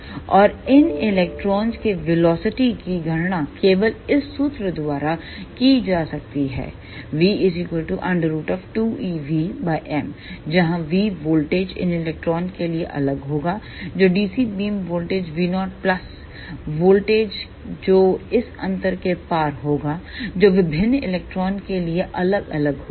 और इन इलेक्ट्रॉनों केवेलोसिटी की गणना केवल इस सूत्र द्वारा की जा सकती है 𝝂2eVm जहां V वोल्टेज इन इलेक्ट्रॉनों के लिए अलग होगा जोdc beam voltage V0 plus voltage जो इस अंतर के पार होगा जो विभिन्न इलेक्ट्रॉनों के लिए अलग अलग होगा